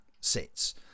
sits